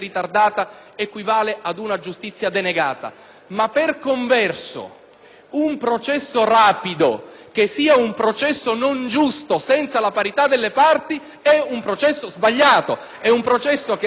un processo rapido che sia un processo non giusto, senza la parità delle parti, è un processo sbagliato, che arriva a sentenza rapidamente, ma con un procedimento ingiusto che penalizza i cittadini.